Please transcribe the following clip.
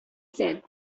said